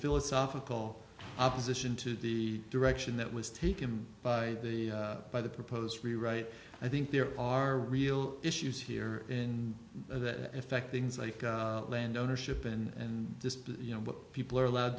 philosophical opposition to the direction that was taken by the by the proposed rewrite i think there are real issues here in effect things like land ownership and just you know what people are allowed